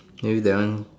maybe that one